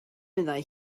meddai